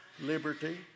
liberty